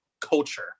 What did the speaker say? culture